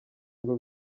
ngo